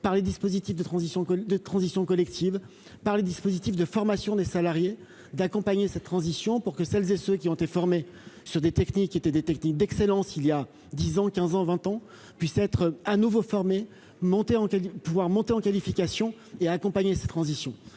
transition que des transitions collectives par les dispositifs de formation des salariés d'accompagner cette transition pour que celles et ceux qui ont été formés sur des techniques qui étaient des techniques d'excellence, il y a 10 ans, 15 ans, 20 ans, puisse être à nouveau montée en pouvoir monter en qualification et à accompagner ces transitions